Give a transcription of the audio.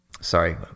sorry